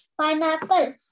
pineapple